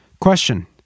Question